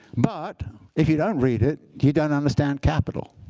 but if you don't read it, you don't understand capital.